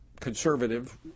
conservative